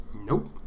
nope